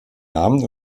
namen